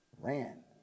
Ran